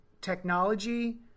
technology